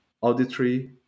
auditory